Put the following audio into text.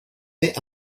met